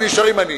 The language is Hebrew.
ונשארים עניים,